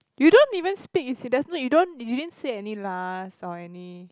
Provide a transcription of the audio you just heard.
you don't even speak you don't you didn't say any lahs or any